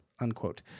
unquote